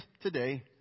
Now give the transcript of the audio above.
today